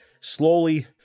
slowly